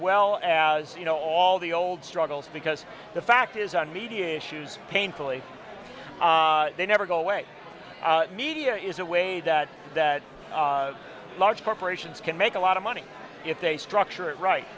well as you know all the old struggles because the fact is on media shoes painfully they never go away media is a way that that large corporations can make a lot of money if they structure it right